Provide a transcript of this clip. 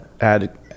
Add